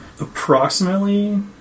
approximately